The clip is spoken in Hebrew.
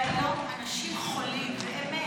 והיום אנשים חולים באמת,